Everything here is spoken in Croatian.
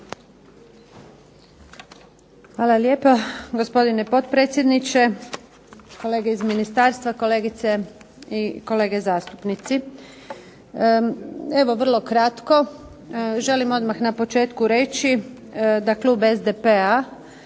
Hvala lijepa. Gospodine potpredsjedniče, kolege iz ministarstva, kolegice i kolege zastupnici. Vrlo kratko želim odmah na početku reći da Klub SDP-a